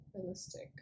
realistic